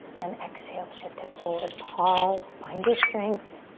and exhale, shift it forward. pause, find your strength.